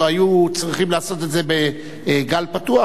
או היו צריכים לעשות את זה בגל פתוח,